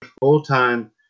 full-time